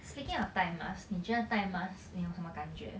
speaking of 带 mask 你觉得带 mask 你有什么感觉